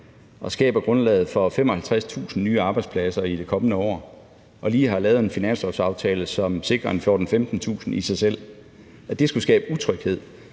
og skaber grundlaget for 55.000 nye arbejdspladser i det kommende år og lige har lavet en finanslovsaftale, som sikrer 14.000-15.000 i sig selv – så har jeg